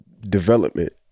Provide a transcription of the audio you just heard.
Development